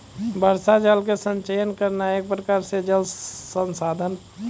वर्षा जल के संचयन करना एक प्रकार से जल संसाधन प्रबंधन छै